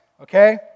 Okay